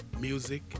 music